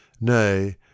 Nay